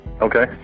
Okay